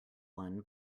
one